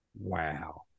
Wow